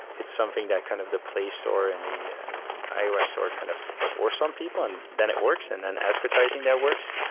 it's something that kind of the play store and the ios store kind of for some people and then it works and then advertising that works.